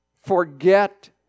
Forget